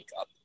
up